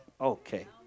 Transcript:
okay